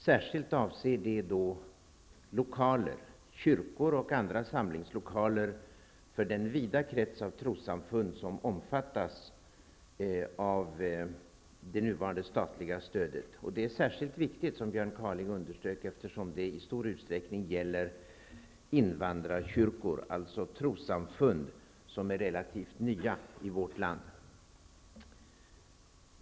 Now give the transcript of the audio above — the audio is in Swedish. Särskilt avser det lokaler, kyrkor och andra samlingslokaler för den vida krets av trossamfund som omfattas av det nuvarande statliga stödet. Och det är särskilt viktigt, som Björn Kaaling underströk, eftersom det i stor utsträckning gäller invandrarkyrkor, alltså trossamfund som är relativt nya i vårt land.